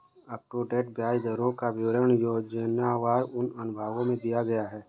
up to date ब्याज दरों का विवरण योजनावार उन अनुभागों में दिया गया है